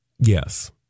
Yes